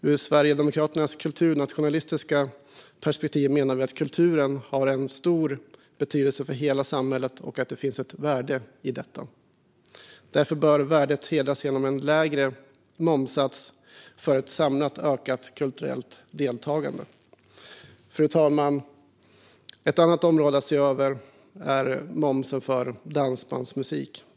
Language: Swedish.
Ur Sverigedemokraternas kulturnationalistiska perspektiv menar vi att kulturen har stor betydelse för hela samhället och att det finns ett värde i detta. Det värdet bör hedras genom en lägre momssats, för ett samlat, ökat kulturellt deltagande. Fru talman! Ett annat område att se över är momsen på dansbandsmusik.